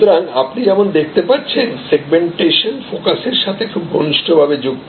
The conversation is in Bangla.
সুতরাং আপনি যেহেতু দেখতে পাচ্ছেন সেগমেন্টেশন ফোকাসের সাথে খুব ঘনিষ্ঠভাবে যুক্ত